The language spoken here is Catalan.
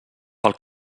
pel